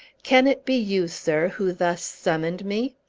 can it be you, sir, who thus summoned me?